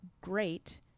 great